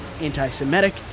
anti-Semitic